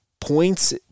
points